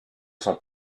son